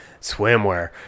swimwear